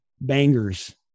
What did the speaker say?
bangers